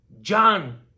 John